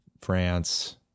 France